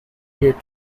geared